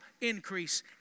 increase